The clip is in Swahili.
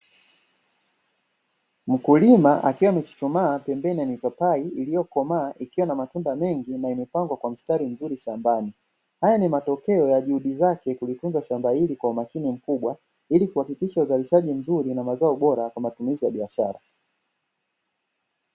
Mkulima akiwa amechuchumaaa pembeni ya mipapai iliyokomaa ikiwa na matunda mengi na imepangwa kwa mstari mzuri shambani. Haya ni matokeo ya juhudi zake kulitunza shamba hili kwa umakini mkubwa ili kuhakikisha uzalishaji mzuri na mazao bora kwa matumizi ya biashara.